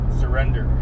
surrender